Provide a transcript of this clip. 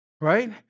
right